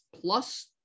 plus